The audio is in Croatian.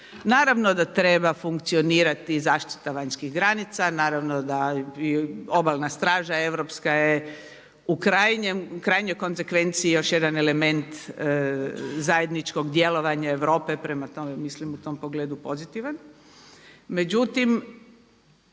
Naravno da treba funkcionirati zaštita vanjskih granica, naravno da i Obalna straža europska je u krajnjoj konzekvenci još jedan element zajedničkog djelovanja Europe prema tome mislim u tom pogledu pozitivan.